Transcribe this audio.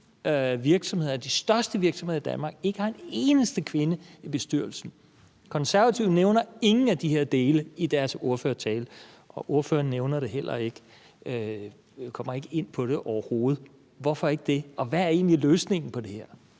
de største virksomheder i Danmark ikke har en eneste kvinde i bestyrelsen. Konservatives ordfører nævner ingen af de her dele i sin ordførertale, og ordføreren kommer overhovedet ikke ind på det. Hvorfor ikke det? Og hvad er egentlig løsningen på det her?